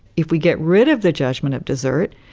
if we get rid of the judgment of desert,